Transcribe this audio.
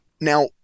Now